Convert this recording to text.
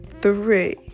three